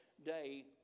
day